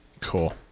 Cool